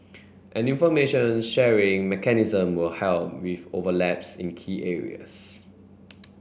an information sharing mechanism will help with overlaps in key areas